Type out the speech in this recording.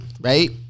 right